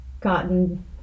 gotten